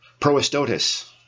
proestotis